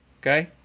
Okay